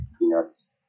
Peanuts